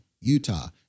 Utah